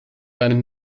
einem